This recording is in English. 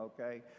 okay